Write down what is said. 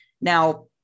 now